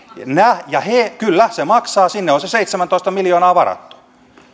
kyllä se maksaa sinne on se seitsemäntoista miljoonaa varattu